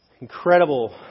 incredible